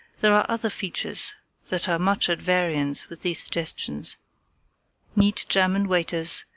there are other features that are much at variance with these suggestions neat german waiters,